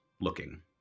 looking